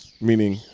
meaning